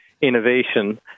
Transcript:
innovation